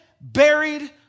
buried